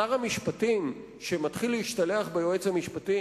שר המשפטים שמתחיל להשתלח ביועץ המשפטי,